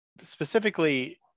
specifically